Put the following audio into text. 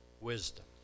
wisdom